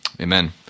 Amen